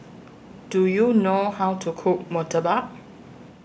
Do YOU know How to Cook Murtabak